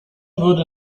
würde